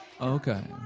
Okay